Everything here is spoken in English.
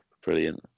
brilliant